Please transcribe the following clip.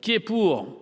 Qui est pour.